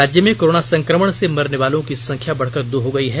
राज्य में कोरोना संकमण से मरने वालों की संख्या बढ़कर दो हो गई है